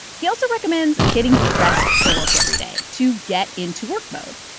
he also recommends getting dressed for work every day to get into work mode.